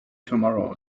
tomorrow